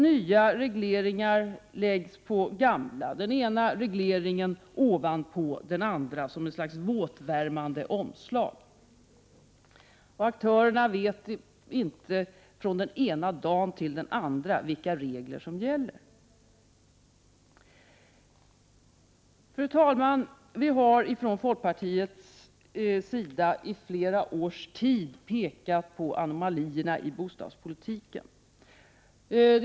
Nya regleringar läggs till gamla — den ena regleringen läggs ovanpå den andra som ett slags våtvärmande omslag. Aktörerna vet inte från den ena dagen till den andra vilka regler som gäller. Fru talman! Vi i folkpartiet har under flera år pekat på anomalierna i bostadspolitiken.